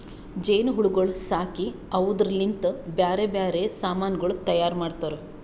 ಜೇನು ಹುಳಗೊಳ್ ಸಾಕಿ ಅವುದುರ್ ಲಿಂತ್ ಬ್ಯಾರೆ ಬ್ಯಾರೆ ಸಮಾನಗೊಳ್ ತೈಯಾರ್ ಮಾಡ್ತಾರ